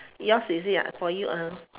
yours is it for you